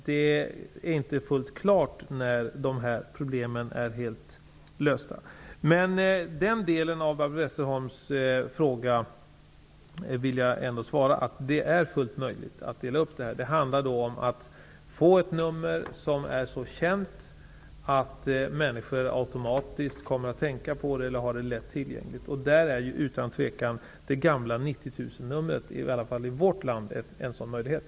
Det är inte fullt klart när de här problemen kommer att vara helt lösta. Jag vill ändå som ett svar på den delen av Barbro Westerholms fråga säga att det är fullt möjligt att göra en uppdelning. Det handlar om att hitta ett nummer som är så känt att människor automatiskt kommer att tänka på det eller har det lätt tillgängligt. Utan tvivel är det gamla 90 000-numret i alla fall i vårt land ett sådant nummer.